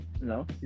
No